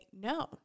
no